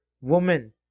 woman